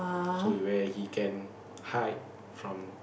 so you where he can hide from